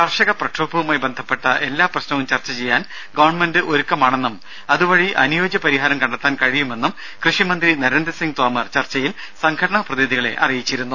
കർഷക പ്രക്ഷോഭവുമായി ബന്ധപ്പെട്ട എല്ലാ പ്രശ്നവും ചർച്ച ചെയ്യാൻ ഗവൺമെന്റ് ഒരുക്കമാണെന്നും അതുവഴി അനുയോജ്യ പരിഹാരം കണ്ടെത്താൻ കഴിയുമെന്നും കൃഷിമന്ത്രി നരേന്ദ്രസിങ്ങ് തോമർ ചർച്ചയിൽ സംഘടനാ പ്രതിനിധികളെ അറിയിച്ചിരുന്നു